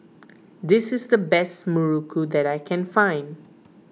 this is the best Muruku that I can find